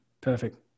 Perfect